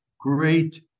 great